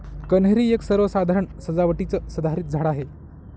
कन्हेरी एक सर्वसाधारण सजावटीचं सदाहरित झाड आहे